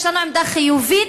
יש לנו עמדה חיובית,